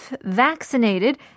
vaccinated